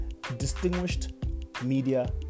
DistinguishedMedia